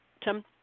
Tim